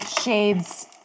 shades